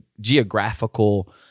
geographical